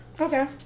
Okay